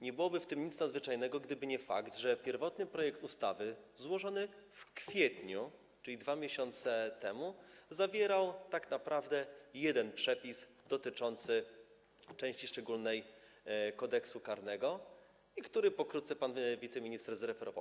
Nie byłoby w tym nic nadzwyczajnego, gdyby nie fakt, że pierwotny projekt ustawy złożony w kwietniu, czyli 2 miesiące temu, zawierał tak naprawdę jeden przepis dotyczący części szczególnej Kodeksu karnego, który pan wiceminister pokrótce zreferował.